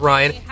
Ryan